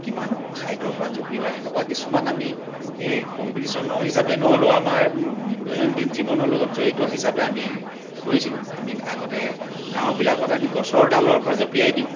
কিমান হাইটৰ পৰা জপিওৱা এনেকুৱা কিছুমান আমি এই কম্পিটিশ্যনো হিচাপে নহ'লেও আমাৰ দৈনন্দিন জীৱনৰ লগত জড়িত হিচাপে আমি কৰিছিলোঁ আমি আগতে গাঁওবিলাকত আমি গছৰ ডালৰ পৰা জপিয়াই দিওঁ